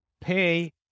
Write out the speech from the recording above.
pay